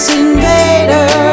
invader